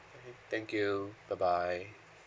thank you bye bye